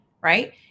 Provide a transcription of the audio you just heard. right